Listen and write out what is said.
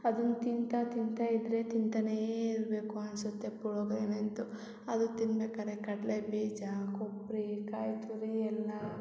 ಅದನ್ನ ತಿಂತಾ ತಿಂತಾ ಇದ್ದರೆ ತಿಂತಾನೇ ಇರಬೇಕು ಅನ್ಸುತ್ತೆ ಪುಳ್ಯೋಗ್ರೆನೆ ಅಂತು ಅದು ತಿನ್ಬೇಕಾರೆ ಕಡಲೆ ಬೀಜ ಕೊಬ್ಬರಿ ಕಾಯಿ ತುರಿ ಎಲ್ಲಾ